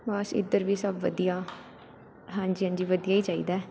ਬਸ ਇੱਧਰ ਵੀ ਸਭ ਵਧੀਆ ਹਾਂਜੀ ਹਾਂਜੀ ਵਧੀਆ ਹੀ ਚਾਹੀਦਾ